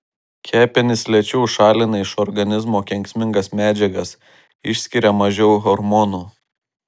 kepenys lėčiau šalina iš organizmo kenksmingas medžiagas išskiria mažiau hormonų